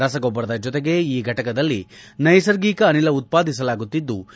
ರಸಗೊಬ್ಬರದ ಜೊತೆಗೆ ಈ ಘಟಕದಲ್ಲಿ ನೈಸರ್ಗಿಕ ಅನಿಲ ಉತ್ವಾದಿಸಲಾಗುತ್ತಿದ್ಲ